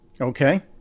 Okay